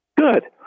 good